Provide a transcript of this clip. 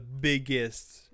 biggest